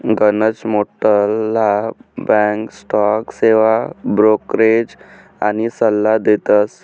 गनच मोठ्ठला bank stock सेवा ब्रोकरेज आनी सल्ला देतस